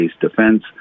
defense